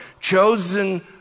chosen